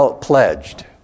pledged